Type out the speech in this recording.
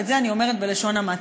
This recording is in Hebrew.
ואת זה אני אומרת בלשון המעטה.